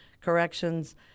corrections